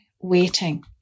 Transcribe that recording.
waiting